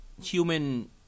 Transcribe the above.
human